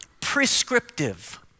prescriptive